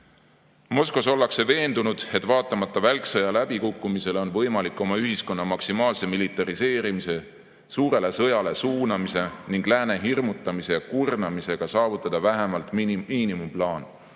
Moskvas ollakse veendunud, et vaatamata välksõja läbikukkumisele on võimalik oma ühiskonna maksimaalse militariseerimise, suurele sõjale suunamise ning lääne hirmutamise ja kurnamisega saavutada vähemalt miinimumplaan